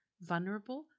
vulnerable